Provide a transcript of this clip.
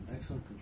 excellent